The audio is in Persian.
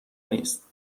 نیست